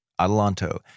Adelanto